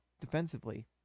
defensively